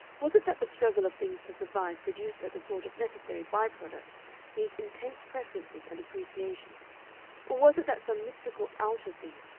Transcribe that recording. was it that the struggle of things to survive produced as a sort of necessary by-product these intense preferences and appreciations, or was it that some mystical outer thing,